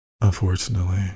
unfortunately